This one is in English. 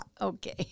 Okay